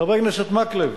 חבר הכנסת מקלב,